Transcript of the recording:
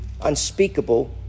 unspeakable